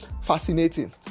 fascinating